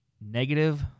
negative